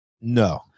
no